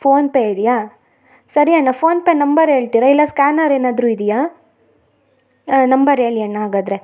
phone pay ಇದೆಯ ಸರಿ ಅಣ್ಣ ಫೋನ್ ಪೇ ನಂಬರ್ ಹೇಳ್ತೀರಾ ಇಲ್ಲ ಸ್ಕ್ಯಾನರ್ ಏನಾದ್ರು ಇದೆಯ ನಂಬರ್ ಹೇಳಿ ಅಣ್ಣ ಹಾಗಾದ್ರೆ